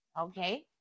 okay